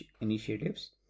initiatives